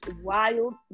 wild